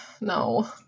No